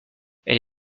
elle